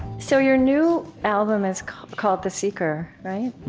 so your new album is called the seeker, right?